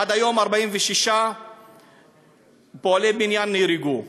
עד היום 46 פועלי בניין נהרגו.